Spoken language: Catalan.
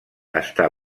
està